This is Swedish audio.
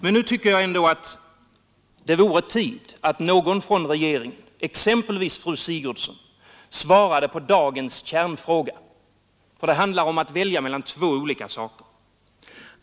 Men nu tycker jag att det vore på tiden att någon från regeringen, exempelvis fru Sigurdsen, svarade på dagens kärnfråga. Det handlar här om att välja mellan två alternativ.